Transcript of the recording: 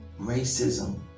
Racism